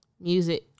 Music